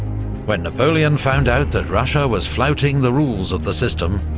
when napoleon found out that russia was flouting the rules of the system,